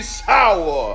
sour